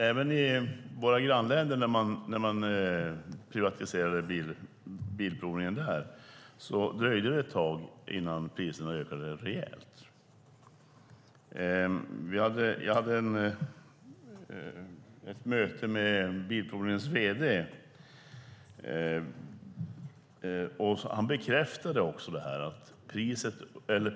Även när man privatiserade bilprovningen i våra grannländer dröjde det ett tag innan priserna ökade rejält. Jag hade ett möte med Bilprovningens vd där han också bekräftade detta.